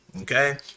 Okay